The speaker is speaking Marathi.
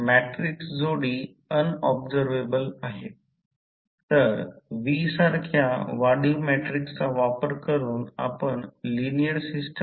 तर ते Z B 2 आहे म्हणून आम्ही V2 0 V2V2 Re2Z B 2 cos ∅2 XE2Z B 2 sin ∅2 लिहू शकतो